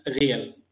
real